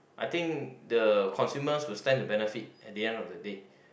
I think the consumers will stand to benefit at the end of the day